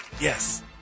Yes